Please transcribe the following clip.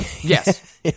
Yes